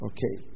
Okay